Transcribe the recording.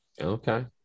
Okay